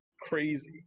crazy